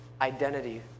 identity